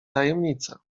tajemnica